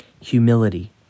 Humility